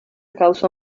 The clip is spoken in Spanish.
causó